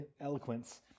eloquence